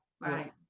Right